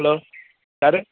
hello யாரு